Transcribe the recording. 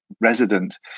resident